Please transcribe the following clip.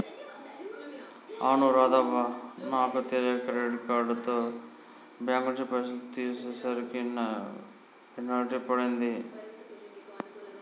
అవును రాధవ్వ నాకు తెలియక క్రెడిట్ కార్డుతో బ్యాంకు నుంచి పైసలు తీసేసరికి పెనాల్టీ పడింది